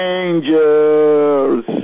angels